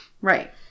Right